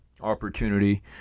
opportunity